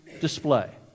display